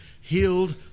healed